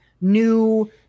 new